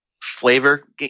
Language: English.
Flavor